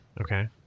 Okay